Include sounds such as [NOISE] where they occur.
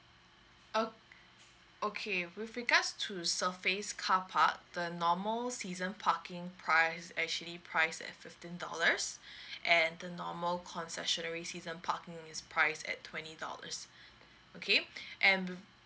oh okay with regards to surface car park the normal season parking price actually priced at fifteen dollars [BREATH] and the normal concessionary season parking is priced at twenty dollars okay [BREATH] and bu~